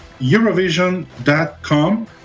Eurovision.com